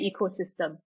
ecosystem